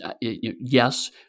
Yes